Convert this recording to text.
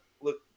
look